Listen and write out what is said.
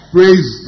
Praise